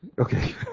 Okay